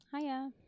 Hiya